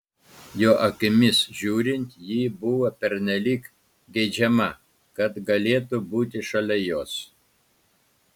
jo akimis žiūrint ji buvo pernelyg geidžiama kad galėtų būti šalia jos